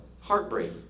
Heartbreak